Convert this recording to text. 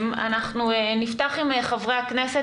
נפתח עם חברי הכנסת,